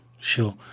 Sure